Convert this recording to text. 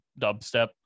dubstep